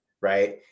Right